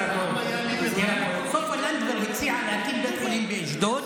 פעם סופה לנדבר, ככה זה התחיל.